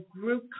group